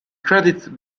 credited